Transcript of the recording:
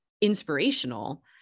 inspirational